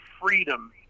freedom